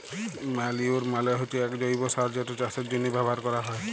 ম্যালইউর মালে হচ্যে এক জৈব্য সার যেটা চাষের জন্হে ব্যবহার ক্যরা হ্যয়